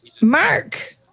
Mark